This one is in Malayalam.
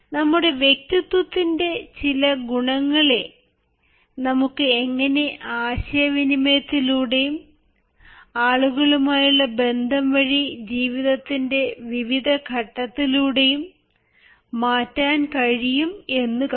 നമ്മുടെ വ്യക്തിത്വത്തിന്റെ ചില ഗുണങ്ങളെ നമുക്ക് എങ്ങനെ ആശയവിനിമയത്തിലൂടെയും ആളുകളുമായുള്ള ബന്ധം വഴി ജീവിതത്തിന്റെ വിവിധ ഘട്ടങ്ങളിലൂടെയും മാറ്റാൻ കഴിയും എന്ന് കണ്ടു